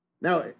Now